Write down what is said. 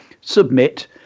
submit